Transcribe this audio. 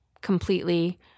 completely